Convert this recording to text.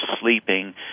sleeping